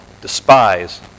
despise